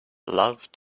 love